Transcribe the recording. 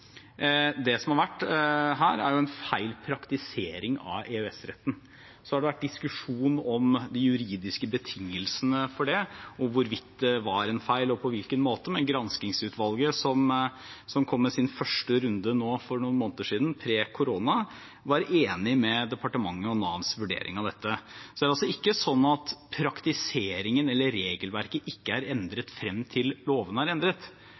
er en feil praktisering av EØS-retten. Så har det vært diskusjon om de juridiske betingelsene for det, og hvorvidt det var en feil, og på hvilken måte, men granskingsutvalget, som kom med sin første runde nå for noen måneder siden, pre korona, var enig i departementets og Navs vurdering av dette. Det er altså ikke sånn at praktiseringen eller regelverket ikke er endret frem til lovene er endret.